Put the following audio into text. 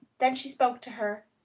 then she spoke to her.